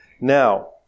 Now